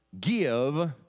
give